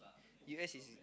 U_S is in